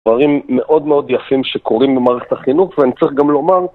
דברים מאוד מאוד יפים שקורים במערכת החינוך ואני צריך גם לומר